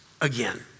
again